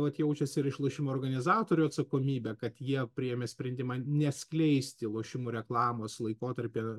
vat jaučiasi ir iš lošimo organizatorių atsakomybė kad jie priėmė sprendimą neskleisti lošimų reklamos laikotarpyje